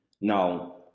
Now